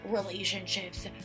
relationships